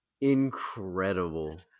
Incredible